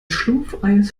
schlumpfeis